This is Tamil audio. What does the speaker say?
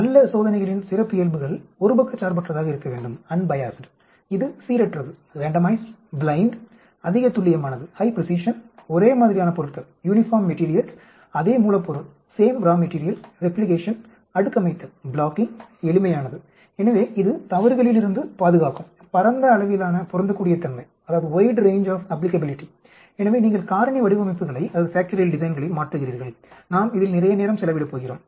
நல்ல சோதனைகளின் சிறப்பியல்புகள் ஒரு பக்கச்சார்பற்றதாக இருக்க வேண்டும் இது சீரற்றது ப்ளைன்ட் அதிக துல்லியமானது ஒரேமாதிரியான பொருட்கள் அதே மூலப்பொருள் ரெப்ளிகேஷன் அடுக்கமைத்தல் எளிமையானது எனவே இது தவறுகளிலிருந்து பாதுகாக்கும் பரந்த அளவிலான பொருந்தக்கூடியத்தன்மை எனவே நீங்கள் காரணி வடிவமைப்புகளை மாற்றுகிறீர்கள் நாம் இதில் நிறைய நேரம் செலவிடப் போகிறோம்